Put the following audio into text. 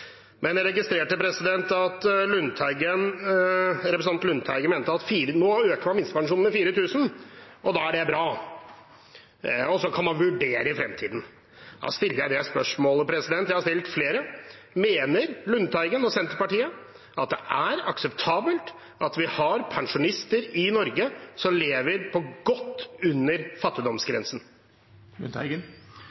Men jeg registrerte at representanten Lundteigen mente at nå øker man minstelønnen med 4 000 kr, og da er det bra, og så kan man vurdere det i fremtiden. Da stiller jeg det spørsmålet som jeg har stilt til flere: Mener representanten Lundteigen og Senterpartiet at det er akseptabelt at vi har pensjonister i Norge som lever på godt under